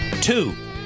Two